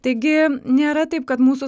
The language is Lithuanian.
taigi nėra taip kad mūsų